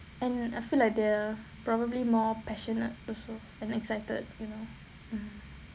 and I feel like they're probably more passionate also and excited you know mm